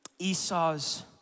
Esau's